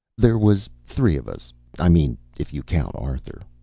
there was three of us i mean if you count arthur.